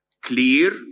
clear